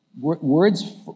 Words